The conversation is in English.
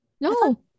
No